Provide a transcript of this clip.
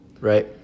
Right